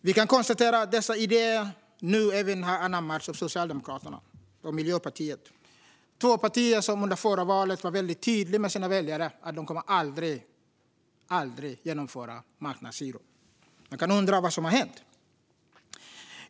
Vi kan konstatera att dessa idéer nu även har anammats av Socialdemokraterna och Miljöpartiet, två partier som vid det förra valet var väldigt tydliga mot sina väljare om att de aldrig skulle genomföra marknadshyror. Man kan undra vad som har hänt.